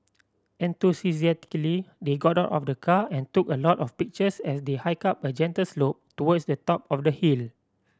enthusiastically they got out of the car and took a lot of pictures as they hiked up a gentle slope towards the top of the hill